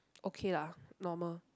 okay lah normal